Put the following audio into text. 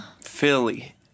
Philly